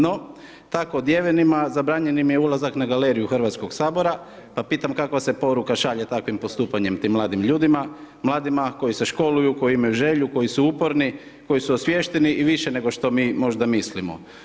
No, tako odjevenima, zabranjen im je ulazak na galeriju HS-a, pa pitam kakva se poruka šalje takvim postupanjem tim mladim ljudima, mladima koji se školuju, koji imaju želju, koji su uporni, koji su osviješteni i više nego što mi možda mislimo.